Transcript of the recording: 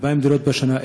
2,000 דירות בשנה,